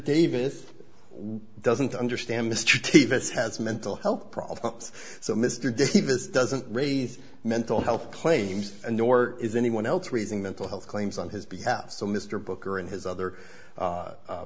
davis doesn't understand mr t this has mental health problems so mr davis doesn't raise mental health claims and nor is anyone else raising them to health claims on his behalf so mr booker and his other